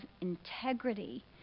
integrity